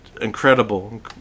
incredible